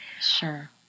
Sure